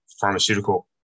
pharmaceutical